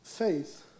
faith